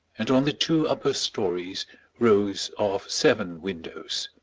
and on the two upper stories rows of seven windows.